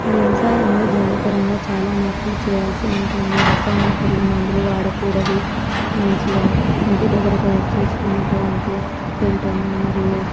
వ్యవసాయంలో జన్యుపరంగా చాలా మార్పులు చేయాల్సి ఉంటుంది రసాయన పురుగు మందులు వాడకూడదు మంచిగా ఇంటి దగ్గర తయారు చేసుకున్నటువంటి పెంటను మరియు